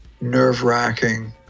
nerve-wracking